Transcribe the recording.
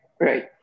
Right